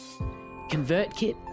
ConvertKit